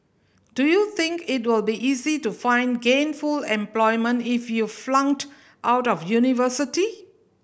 do you think it'll be easy to find gainful and employment if you flunked out of university